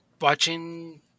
watching